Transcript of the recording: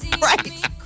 Right